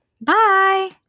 Bye